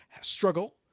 struggle